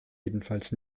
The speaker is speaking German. jedenfalls